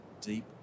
deep